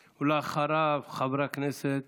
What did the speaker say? ואחריו, חברי הכנסת